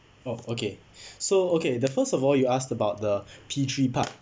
oh okay so okay the first of all you asked about the p three part